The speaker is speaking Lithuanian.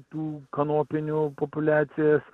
tų kanopinių populiacijas